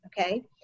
Okay